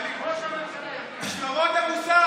משמרות הבושה.